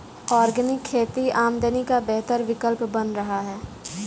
organic खेती आमदनी का बेहतर विकल्प बन रहा है